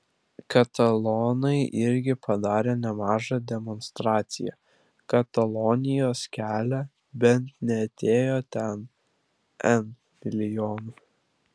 katalonai irgi padarė nemažą demonstraciją katalonijos kelią bet neatėjo ten n milijonų